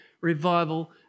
revival